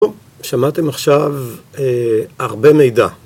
‫נו, שמעתם עכשיו הרבה מידע.